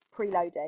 preloading